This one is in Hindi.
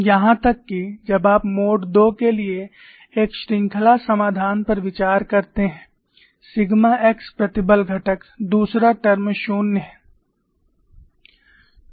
यहां तक कि जब आप मोड II के लिए एक श्रृंखला समाधान पर विचार करते हैं सिग्मा x प्रतिबल घटक दूसरा टर्म 0 है